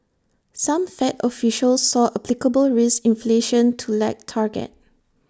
some fed officials saw applicable risk inflation to lag target